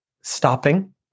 stopping